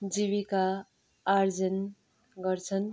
जीविका आर्जन गर्छन्